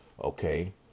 Okay